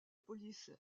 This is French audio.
police